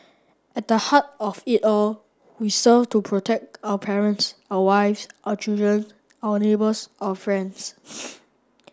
at the heart of it all we serve to protect our parents our wives our children our neighbours our friends